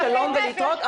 שלום ולהתראות.